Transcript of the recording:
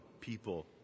people